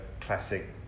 classic